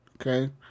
Okay